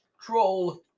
Troll